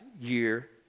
year